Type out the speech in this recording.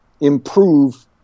improve